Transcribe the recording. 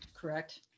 Correct